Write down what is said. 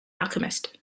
alchemist